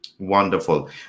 wonderful